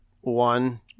one